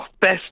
best